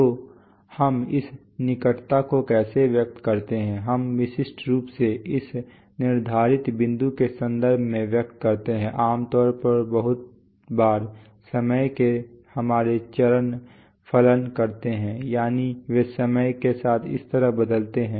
तो हम इस निकटता को कैसे व्यक्त करते हैं हम इसे विशिष्ट रूप से इस निर्धारित बिंदु के संदर्भ में व्यक्त करते हैं आमतौर पर बहुत बार समय के हमारे चरण कार्य करते हैं यानी वे समय के साथ इस तरह बदलते हैं